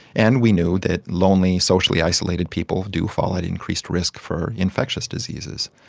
and we knew that lonely socially isolated people do fall at increased risk for infectious diseases.